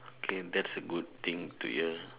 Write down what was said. okay that's a good thing to hear